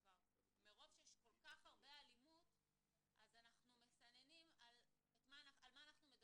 שמרוב שיש כל כך הרבה אלימות אז אנחנו מסננים על מה אנחנו מדווחים,